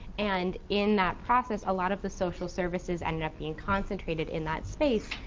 and in that process, a lot of the social services ended up being concentrated in that space,